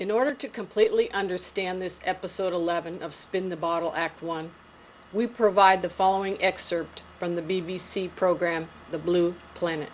in order to completely understand this episode eleven of spin the bottle x one we provide the following excerpt from the b b c programme the blue planet